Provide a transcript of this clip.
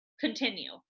continue